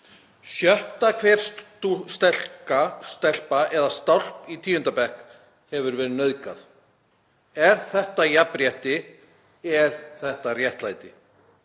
Sjöttu hverri stelpu eða stálpi í 10. bekk hefur verið nauðgað. Er þetta jafnrétti? Er þetta réttlæti?